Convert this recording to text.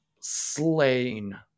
Slain